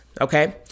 Okay